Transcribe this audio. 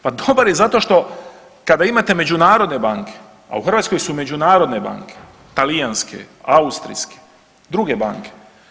Pa dobar je zato što kada imate međunarodne banke, a u Hrvatskoj su međunarodne banke, talijanske, austrijske i druge banke.